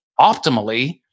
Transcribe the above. optimally